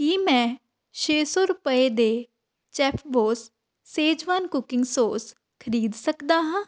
ਕੀ ਮੈਂ ਛੇ ਸੌ ਰੁਪਏ ਦੇ ਚੈੱਫਬੌਸ ਸੇਜ਼ਵਾਨ ਕੁਕਿੰਗ ਸੌਸ ਖਰੀਦ ਸਕਦਾ ਹਾਂ